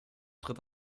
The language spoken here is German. tritt